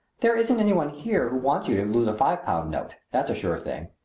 there isn't any one here who wants you to lose a five-pound note that's a sure thing!